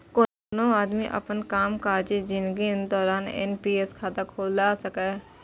कोनो आदमी अपन कामकाजी जिनगीक दौरान एन.पी.एस खाता खोला सकैए